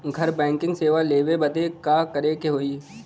घर बैकिंग सेवा लेवे बदे का करे के होई?